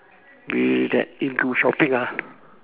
you that into shopping ah